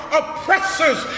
oppressors